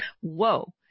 Whoa